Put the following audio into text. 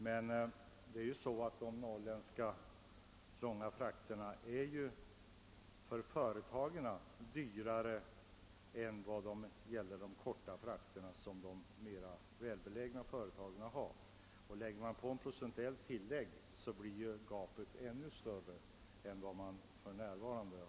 Men de långa norrländska frakterna är ju dyrare för företagen än de korta frakter som de mera välbelägna företagen har. Räknar man med ett procentuellt tilllägg blir gapet ännu större än för närvarande.